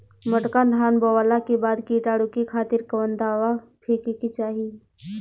मोटका धान बोवला के बाद कीटाणु के खातिर कवन दावा फेके के चाही?